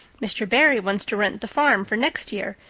mr. barry wants to rent the farm for next year.